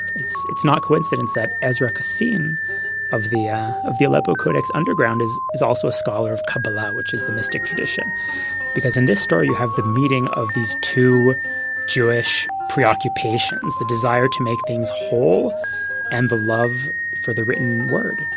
it's it's not coincidence that ezra kassin of the yeah of the aleppo codex underground is is also a scholar of kabbalah which is the mystic tradition because in this story you have the meeting of these two jewish preoccupations the desire to make things whole and the love for the written word.